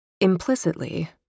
Implicitly